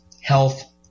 health